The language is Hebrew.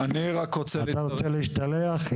אתה רוצה להשתלח,